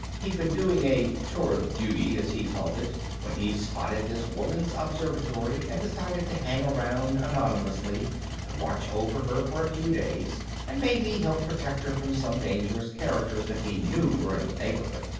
he'd been doing a tour of duty, as he called it, when he spotted this woman's observatory and decided to hang around anonymously and watch over her for a few days and maybe help protect her from some dangerous characters that he knew were in the neighborhood.